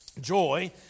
Joy